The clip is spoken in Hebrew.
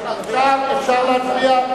אפשר להצביע?